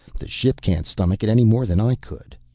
the ship can't stomach it any more than i could.